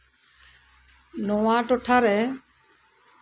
ᱱᱚᱣᱟ ᱴᱚᱴᱷᱟᱨᱮ